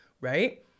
Right